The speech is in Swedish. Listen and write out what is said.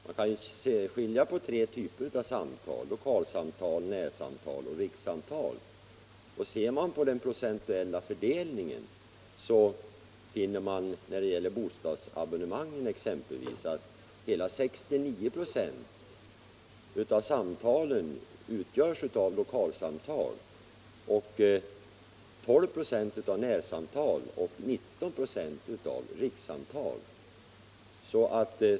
Man kan skilja på tre typer av samtal: lokalsamtal, närsamtal och rikssamtal. Ser man på den procentuella fördelningen finner man när det gäller bostadsabonnemang att hela 69 96 av samtalen utgörs av lokalsamtal, 12 96 av närsamtal och 19 96 av rikssamtal.